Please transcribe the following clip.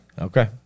Okay